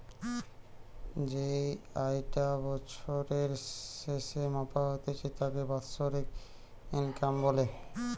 যেই আয়ি টা বছরের স্যাসে মাপা হতিছে তাকে বাৎসরিক ইনকাম বলে